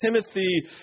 Timothy